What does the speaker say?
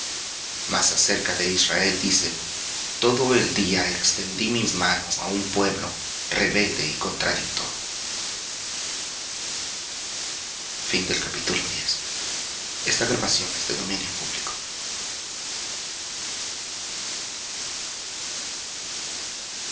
mas acerca de israel dice todo el día extendí mis manos á un pueblo rebelde y contradictor